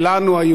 היהודית,